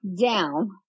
down